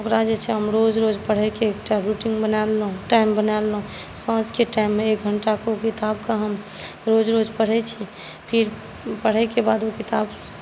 ओकरा हम रोज रोज पढ़यके एकटा रूटीन बनाए लेलहुँ टाइम बना लेलहुँ साँझके टाइममे एक घण्टाके किताबके हम रोज रोज पढ़ैत छी फिर पढ़यके बाद ओ किताब